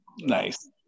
Nice